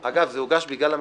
אגב, זה הוגש בגלל המתמחים.